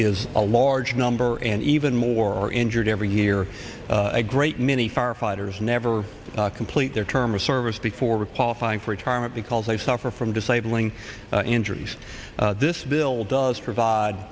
is a large number and even more injured every year a great many firefighters never complete their term of service before qualifying for retirement because they suffer from disabling injuries this bill does provide